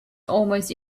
almost